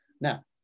Now